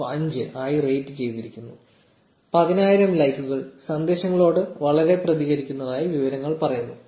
95 ആയി റേറ്റു ചെയ്തിരിക്കുന്നു 10000 ലൈക്കുകൾ സന്ദേശങ്ങളോട് വളരെ പ്രതികരിക്കുന്നതായി വിവരണങ്ങൾ പറയുന്നു